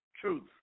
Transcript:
truth